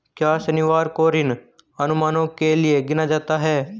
क्या शनिवार को ऋण अनुमानों के लिए गिना जाता है?